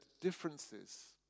differences